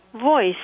voice